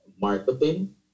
marketing